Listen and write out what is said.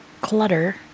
clutter